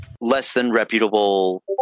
less-than-reputable